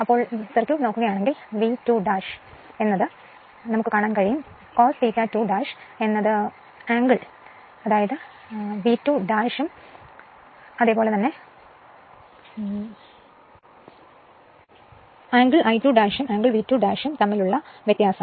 അതിനാൽ സർക്യൂട്ട് നോക്കുകയാണെങ്കിൽ V 2 നോക്കിയാൽ ഈ വോൾട്ടേജ് V2 തമ്മിലുള്ള കോണിന്റെ ∅2 കോണിലുള്ള സർക്യൂട്ട് I2 കോണും V2 കോണും തമ്മിലുള്ള കോണിന്റെ വ്യത്യാസം